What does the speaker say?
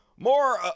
More